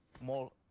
More